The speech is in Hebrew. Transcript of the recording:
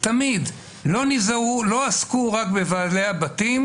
תמיד לא עסקו רק בבעלי הבתים,